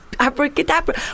abracadabra